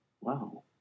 wow